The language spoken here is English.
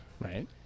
right